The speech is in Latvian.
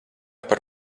par